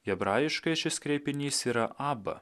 hebrajiškai šis kreipinys yra abba